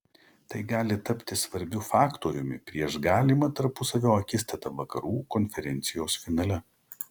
tai gali tapti svarbiu faktoriumi prieš galimą tarpusavio akistatą vakarų konferencijos finale